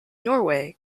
norway